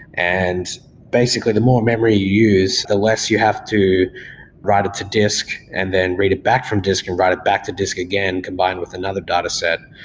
and basically, the more memory you use, the less you have to write it to disk and then read it back from disk and write it back to disk again combined with another dataset.